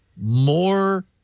more